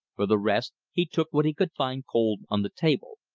for the rest, he took what he could find cold on the table.